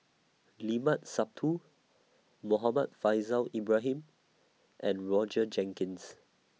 Limat Sabtu Muhammad Faishal Ibrahim and Roger Jenkins